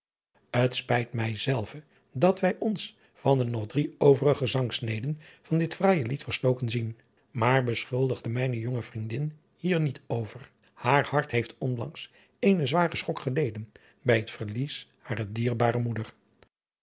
t spijt mij zelve dat wij ons van de nog drie overige zangsneden van dit fraaije lied verstoken zien maar beschuldig mijne jonge vriendin hier niet over haar hart heeft onlangs eenen zwaren schok geleden bij het verlies harer dierbare moeder